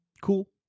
Cool